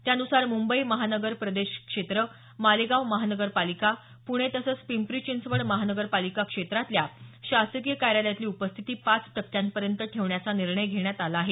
त्यानुसार मुंबई महानगर प्रदेश क्षेत्र मालेगाव महानगरपालिका पुणे तसंच पिंपरी चिंचवड महानगरपालिका क्षेत्रातल्या शासकीय कार्यालयातली उपस्थिती पाच टक्क्यांपर्यंत ठेवण्याचा निर्णय घेण्यात आला आहे